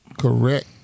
correct